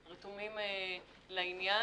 רתומים לעניין.